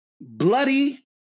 bloody